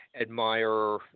admire